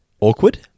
Awkward